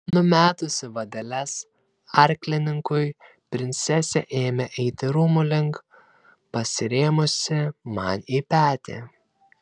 numetusi vadeles arklininkui princesė ėmė eiti rūmų link pasirėmusi man į petį